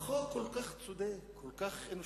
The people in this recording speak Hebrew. חוק כל כך צודק, כל כך אנושי.